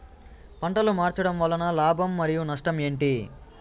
పంటలు మార్చడం వలన లాభం మరియు నష్టం ఏంటి